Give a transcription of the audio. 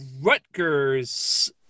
Rutgers